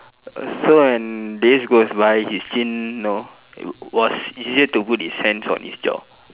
so when days goes by his chin you know was easier to put his hands on his jaw